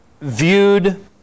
viewed